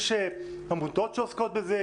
יש עמותות שעוסקות בזה,